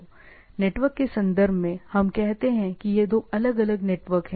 network के संदर्भ में हम कहते हैं कि ये दो अलग अलग नेटवर्क हैं